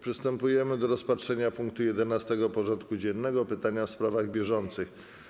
Przystępujemy do rozpatrzenia punktu 11. porządku dziennego: Pytania w sprawach bieżących.